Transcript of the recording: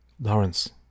Lawrence